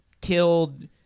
killed